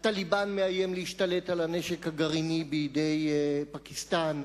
ה"טליבאן" מאיים להשתלט על הנשק הגרעיני בידי פקיסטן.